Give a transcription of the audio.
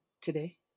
today